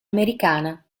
americana